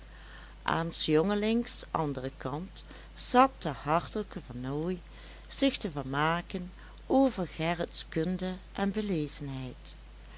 aan s jongelings anderen kant zat de hartelijke vernooy zich te vermaken over gerrits kunde en